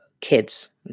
kids